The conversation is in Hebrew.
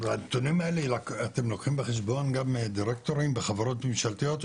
ובנתונים האלה אתם לוקחים בחשבון גם דירקטורים בחברות ממשלתיות,